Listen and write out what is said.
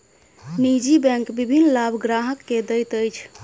निजी बैंक विभिन्न लाभ ग्राहक के दैत अछि